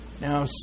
now